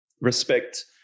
respect